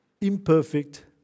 imperfect